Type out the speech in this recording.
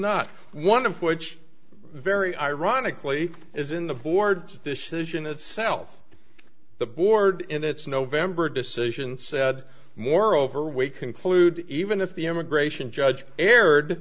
not one of which very ironically is in the board's decision itself the board in its november decision said moreover we conclude even if the immigration judge erred